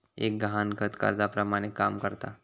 एक गहाणखत कर्जाप्रमाणे काम करता